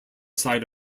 side